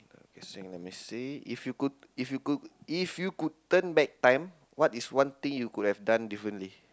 kissing let me see if you could if you could if you could turn back time what is one thing you could have done differently